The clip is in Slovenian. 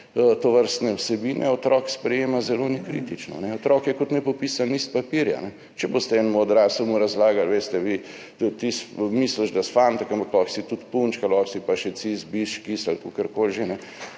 tovrstne vsebine otrok sprejema zelo nekritično. Otrok je kot nepopisan list papirja. Če boste enemu odraslemu razlagali, veš, ti misliš, da si fantek, ampak lahko si tudi punčka, lahko si pa še cis, bis, škis ali kakorkoli že.